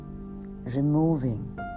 Removing